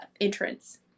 entrance